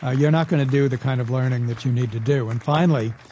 ah you're not going to do the kind of learning that you need to do. and finally,